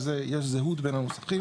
בזה יש זהות בין הנוסחים